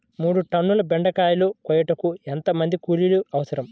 మూడు టన్నుల బెండకాయలు కోయుటకు ఎంత మంది కూలీలు అవసరం?